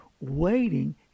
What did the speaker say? waiting